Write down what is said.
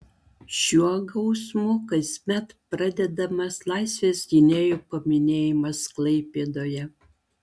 šiuo gausmu kasmet pradedamas laisvės gynėjų paminėjimas klaipėdoje